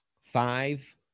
five